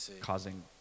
causing